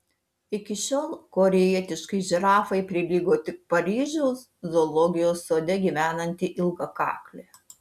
iki šiol korėjietiškai žirafai prilygo tik paryžiaus zoologijos sode gyvenanti ilgakaklė